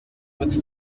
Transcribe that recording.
with